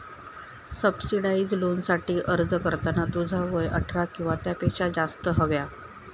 subsidised लोनसाठी अर्ज करताना तुझा वय अठरा किंवा त्यापेक्षा जास्त हव्या